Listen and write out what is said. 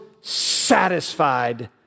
satisfied